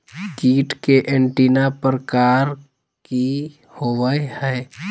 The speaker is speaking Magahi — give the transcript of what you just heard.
कीट के एंटीना प्रकार कि होवय हैय?